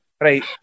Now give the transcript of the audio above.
right